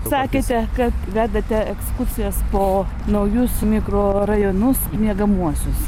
sakėte kad vedate ekskursijas po naujus mikrorajonus miegamuosius